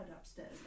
upstairs